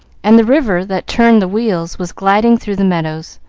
and the river that turned the wheels was gliding through the meadows,